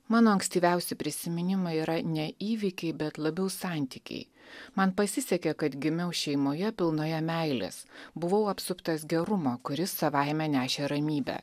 mano ankstyviausi prisiminimai yra ne įvykiai bet labiau santykiai man pasisekė kad gimiau šeimoje pilnoje meilės buvau apsuptas gerumo kuris savaime nešė ramybę